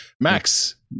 Max